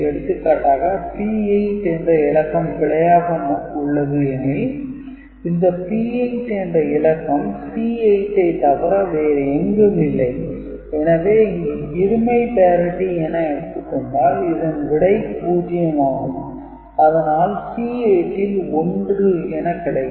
எடுத்துகாட்டாக P8 என்ற இலக்கம் பிழையாக உள்ளது எனில் இந்த P8 என்ற இலக்கம் C8 ஐ தவிர எங்கும் இல்லை எனவே இங்கு இருமை parity எனக் கொண்டால் இதன் விடை 0 ஆகும் அதனால் C8 ல் 1 என கிடைக்கும்